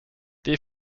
the